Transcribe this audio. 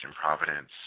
Providence